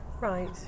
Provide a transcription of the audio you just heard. Right